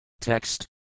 Text